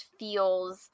feels